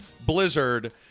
blizzard